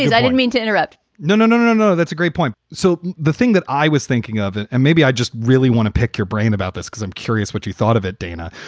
i didn't mean to interrupt no, no, no, no, no, no. that's a great point. so the thing that i was thinking of and and maybe i just really want to pick your brain about this, because i'm curious what you thought of it, dana,